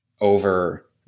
over